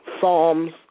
Psalms